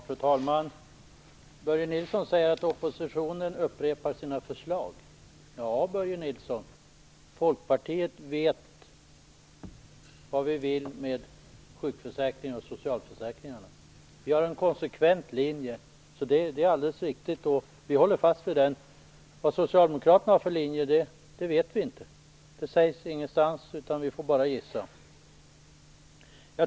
Fru talman! Börje Nilsson säger att oppositionen upprepar sina förslag. Ja, Börje Nilsson, vi i Folkpartiet vet vad vi vill med sjuk och socialförsäkringarna. Vi har en konsekvent linje. Det är alldeles riktigt att vi håller fast vid den. Vilken linje Socialdemokraterna har vet vi däremot inte. Det sägs ingenstans. Vi får bara gissa.